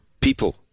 people